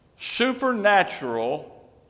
Supernatural